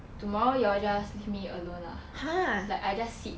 tomorrow you all just leave me alone lah like I just sit